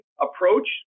approach